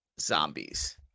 zombies